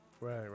Right